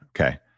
Okay